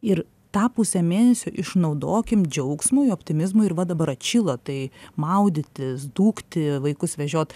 ir tą pusę mėnesio išnaudokim džiaugsmui optimizmui ir va dabar atšilo tai maudytis dūkti vaikus vežiot